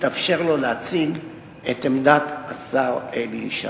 התאפשר לו להציג את עמדת השר אלי ישי.